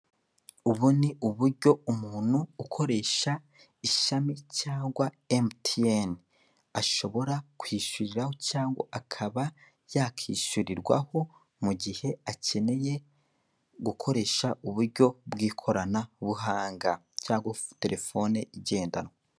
Ubu ni uburyo umuntu ukoresha ishami cyangwa emutiyeni. Ashobora kwishyuriraho cyangwa akaba yakishyurirwaho mugihe akeneye gukoresha uburyo bw'ikoranabuhanga, cyangwa telefone igendanwa.